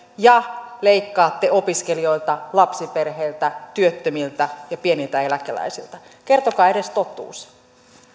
ja leikkaatte opiskelijoilta lapsiperheiltä työttömiltä ja pieniltä eläkeläisiltä kertokaa edes totuus